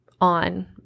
on